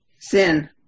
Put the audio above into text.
Sin